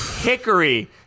Hickory